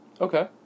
Okay